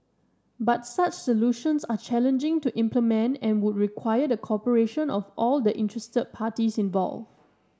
but such solutions are challenging to implement and would require the cooperation of all the interested parties involved